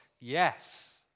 Yes